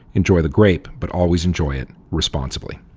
enjoy the grape, but always enjoy it responsibly.